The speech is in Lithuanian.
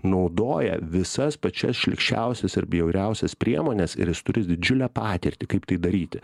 naudoja visas pačias šlykščiausias ir bjauriausias priemones ir jis turi didžiulę patirtį kaip tai daryti